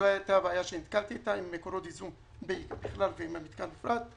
זו הייתה הבעיה שנתקלתי עם מקורות ייזום בעיקר ועם המתקן בפרט.